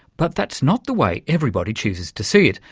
but that's not the way everybody chooses to see it.